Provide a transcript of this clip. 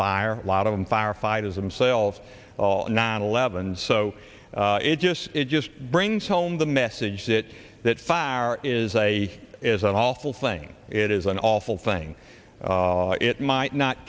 fire a lot of them firefighters themselves all nine eleven and so it just it just brings home the message that that fire is a is an awful thing it is an awful thing it might not